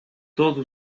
todo